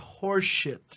horseshit